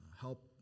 help